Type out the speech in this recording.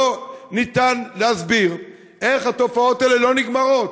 לא ניתן להסביר איך התופעות האלה לא נגמרות.